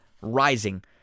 Rising